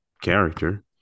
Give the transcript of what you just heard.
character